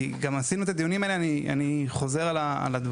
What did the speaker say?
כי כבר עשינו את הדיונים האלה ואני רק חוזר על הדברים.